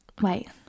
Wait